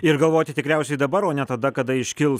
ir galvoti tikriausiai dabar o ne tada kada iškils